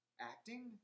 acting